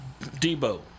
Debo